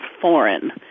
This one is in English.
foreign